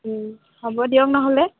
হ'ব দিয়ক নহ'লে